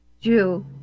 Jew